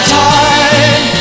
time